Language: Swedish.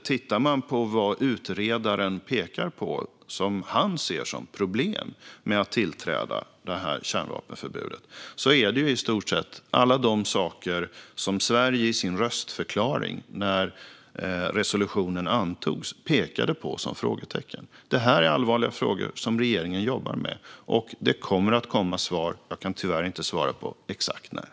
Tittar man på vad utredaren pekar ut som problem med att tillträda detta kärnvapenförbud ser man att det i stort sett är alla de saker som Sverige i sin röstförklaring pekade på som frågetecken när resolutionen antogs. Det här är allvarliga frågor som regeringen jobbar med. Det kommer att komma svar; jag kan tyvärr inte svara på exakt när.